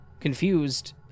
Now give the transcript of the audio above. Confused